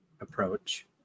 approach